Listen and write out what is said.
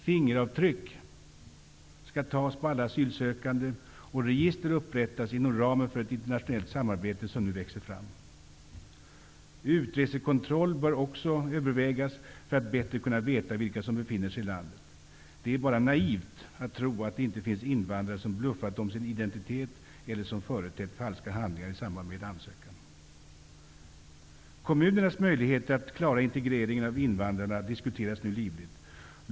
Fingeravtryck skall tas på alla asylsökande och register upprättas inom ramen för det internationella samarbete som nu växer fram. Utresekontroll bör också övervägas för att man bättre skall kunna veta vilka som befinner sig i landet. Det är bara naivt att tro att det inte finns invandrare som bluffat om sin identitet eller som företett falska handlingar i samband med ansökan. Kommunernas möjligheter att klara integreringen av invandrarna diskuteras nu livligt.